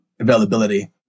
Availability